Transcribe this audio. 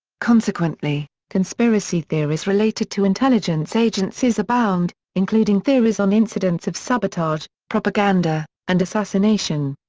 consequently, conspiracy theories related to intelligence agencies abound, including theories on incidents of sabotage, propaganda, and assassination.